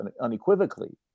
unequivocally